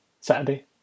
Saturday